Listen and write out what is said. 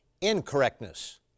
incorrectness